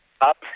up